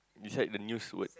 beside the news word